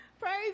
Praise